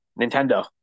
Nintendo